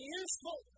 useful